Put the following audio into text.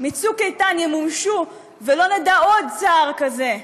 מצוק איתן ימומשו ולא נדע עוד צער כזה.